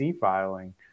filing